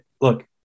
Look